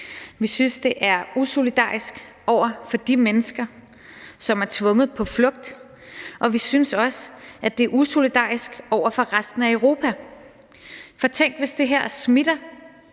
Vi synes, det er usolidarisk over for de mennesker, som er tvunget på flugt, og vi synes også, at det er usolidarisk over for resten af Europa. For tænk, hvis det her smitter.